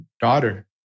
daughter